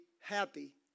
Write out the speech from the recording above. happy